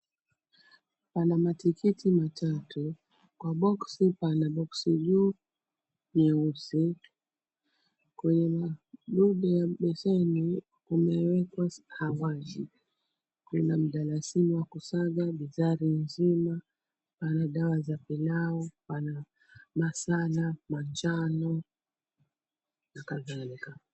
Pana matikiti matatu kwa boksi. Pana boksi juu nyeusi. Kwenye madude ya beseni kumewekwa sahawaji. Kuna mdalasini wa kusaga binzari mzima. Pana dawa za pilau; pana masala manjano na kadhalika.